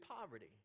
poverty